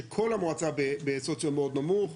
שכל המועצה בסוציו מאוד נמוך,